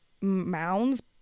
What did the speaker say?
mounds